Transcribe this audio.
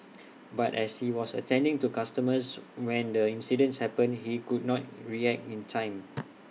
but as he was attending to customers when the incident happened he could not react in time